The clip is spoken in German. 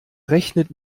rechnet